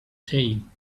saying